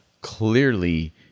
clearly